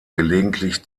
gelegentlich